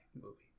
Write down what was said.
movie